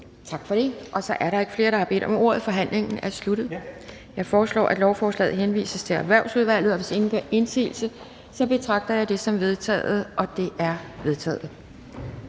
Tak for det. Så er der ikke flere, der har bedt om ordet. Forhandlingen er sluttet. Jeg foreslår, at forslaget henvises til Miljø- og Fødevareudvalget, og hvis ingen gør indsigelse, betragter jeg det som vedtaget. Det er vedtaget.